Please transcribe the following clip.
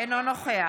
אינו נוכח